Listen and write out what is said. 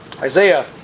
Isaiah